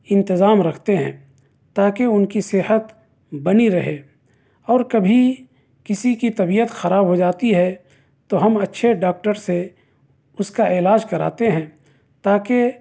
انتظام رکھتے ہیں تاکہ اُن کی صحت بنی رہے اور کبھی کسی کی طبیت خراب ہو جاتی ہے تو ہم اچھے ڈاکٹر سے اُس کا علاج کراتے ہیں تاکہ